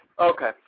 Okay